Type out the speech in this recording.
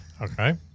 Okay